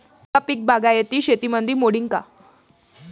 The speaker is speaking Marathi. मका पीक बागायती शेतीमंदी मोडीन का?